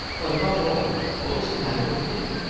but above all what was the matter with him?